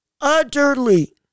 utterly